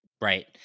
Right